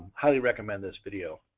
highly recommend this video.